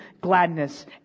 gladness